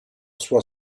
sua